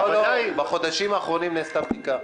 בחודשים האחרונים נעשתה בדיקה.